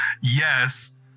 yes